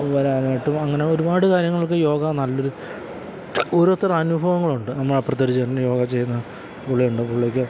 വരാനായിട്ടും അങ്ങനെ ഒരുപാട് കാര്യങ്ങള്ക്ക് യോഗ നല്ലൊരു ഓരോരുത്തരെ അനുഭവങ്ങളുണ്ട് നമ്മുടെ അപ്പുറത്ത് ഒരു ചേട്ടന് യോഗ ചെയ്യുന്ന പുള്ളിയുണ്ട് പുള്ളിക്ക്